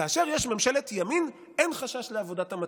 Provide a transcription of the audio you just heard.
כאשר יש ממשלת ימין אין חשש לעבודת המטה.